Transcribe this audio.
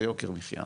זה יוקר מחייה.